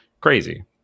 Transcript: crazy